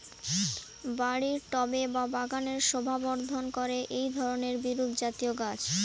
বাড়ির টবে বা বাগানের শোভাবর্ধন করে এই ধরণের বিরুৎজাতীয় গাছ